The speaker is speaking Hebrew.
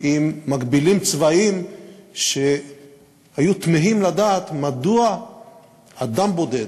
עם מקבילים צבאיים שהיו תמהים לדעת מדוע אדם בודד,